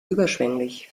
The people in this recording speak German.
überschwänglich